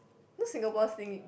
not Singapore Sling